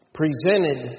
presented